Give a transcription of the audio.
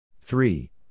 Three